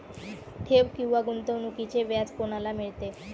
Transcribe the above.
ठेव किंवा गुंतवणूकीचे व्याज कोणाला मिळते?